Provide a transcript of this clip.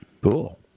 Cool